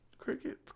Cricket